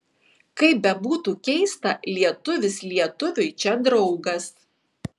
kaip bebūtų keista lietuvis lietuviui čia draugas